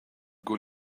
good